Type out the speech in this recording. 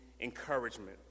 encouragement